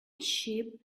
ship